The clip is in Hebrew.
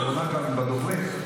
האחרונה שלנו בדוברים למושב הזה.